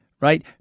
right